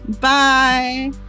Bye